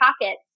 pocket